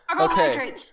Okay